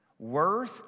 Worth